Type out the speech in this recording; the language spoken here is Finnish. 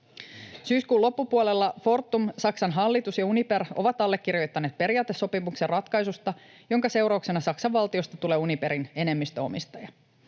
Syyskuun loppupuolella Fortum, Saksan hallitus ja Uniper ovat allekirjoittaneet periaatesopimuksen ratkaisusta, jonka seurauksena Saksan valtiosta tulee Uniperin enemmistöomistaja.